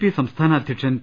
P സംസ്ഥാന അധ്യക്ഷൻ P